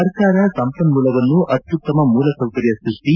ಸರ್ಕಾರ ಸಂಪನ್ಮೂಲವನ್ನು ಅತ್ಯುತ್ತಮ ಮೂಲ ಸೌಕರ್ ಸೃಷ್ಟಿ